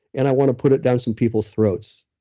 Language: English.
and i want to put it down some people's throats.